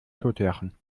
totlachen